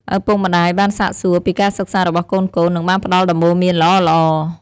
ឪពុកម្តាយបានសាកសួរពីការសិក្សារបស់កូនៗ និងបានផ្តល់ដំបូន្មានល្អៗ។